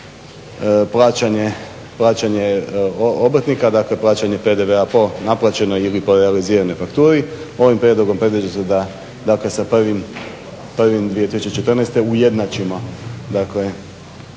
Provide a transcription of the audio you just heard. plaćanje obrtnika, dakle plaćanje PDV-a po naplaćenoj ili po realiziranoj fakturi. Ovim prijedlogom predviđa se da dakle sa 1.1.2014. ujednačimo